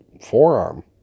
forearm